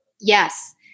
Yes